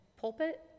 pulpit